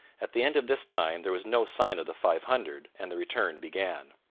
at the end of this time there was no sign of the five hundred, and the return began.